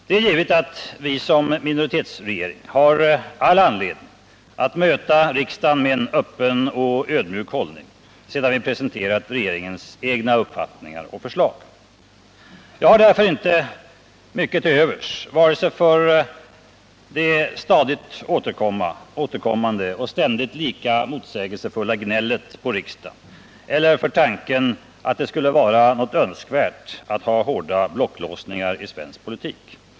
Det är givet att vi som minoritetsregering har all anledning att möta riksdagen med en öppen och ödmjuk hållning sedan vi presenterat regeringens egna uppfattningar och förslag. Jag har därför inte mycket till övers vare sig för det stadigt återkommande och ständigt lika motsägelsefulla gnället på riksdagen eller för tanken att det skulle vara något önskvärt att ha hårda blocklåsningar i svensk politik.